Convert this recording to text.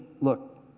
look